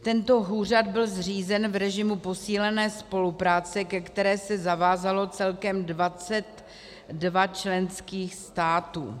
Tento úřad byl zřízen v režimu posílené spolupráce, ke které se zavázalo celkem 22 členských států.